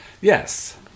Yes